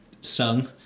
sung